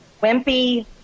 wimpy